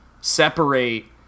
separate